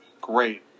great